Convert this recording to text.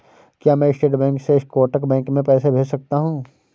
क्या मैं State Bank से कोटक बैंक में पैसे भेज सकता हूँ?